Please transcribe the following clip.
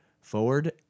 forward